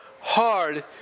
hard